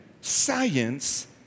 Science